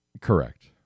Correct